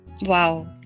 Wow